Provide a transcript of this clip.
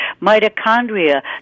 mitochondria